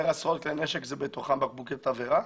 עשרות כלי נשק זה בתוכם בקבוקי תבערה?